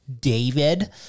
David